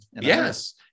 yes